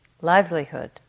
livelihood